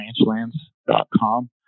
ranchlands.com